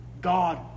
God